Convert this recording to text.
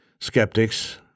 skeptics